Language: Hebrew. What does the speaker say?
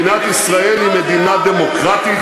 מדינת ישראל היא מדינה דמוקרטית,